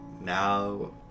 now